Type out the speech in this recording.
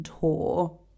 tour